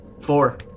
Four